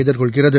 எதிர்கொள்கிறது